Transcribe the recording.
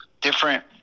different